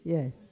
Yes